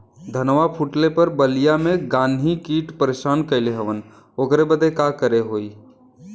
धनवा फूटले पर बलिया में गान्ही कीट परेशान कइले हवन ओकरे बदे का करे होई?